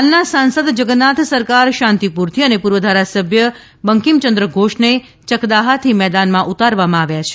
હાલ ના સાંસદ જગન્નાથ સરકાર શાંતિપુરથી અને પૂર્વ ધારાસભ્ય બંકિમચંદ્ર ઘોષને ચક્દાહાથી મેદાનમાં ઉતારવામાં આવ્યા છે